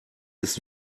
ist